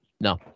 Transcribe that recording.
No